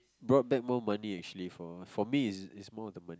brought back more money actually for for me is more of the money